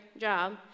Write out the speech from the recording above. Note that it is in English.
job